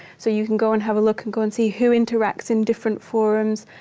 so you can go and have a look and go and see who interacts in different forums.